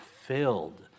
filled